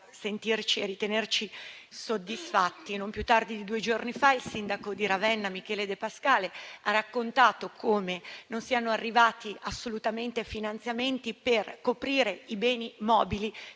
soddisfatti dalla sua risposta. Non più tardi di due giorni fa il sindaco di Ravenna, Michele De Pascale, ha raccontato come non siano arrivati assolutamente finanziamenti per coprire i beni mobili